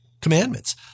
commandments